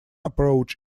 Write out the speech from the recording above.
approach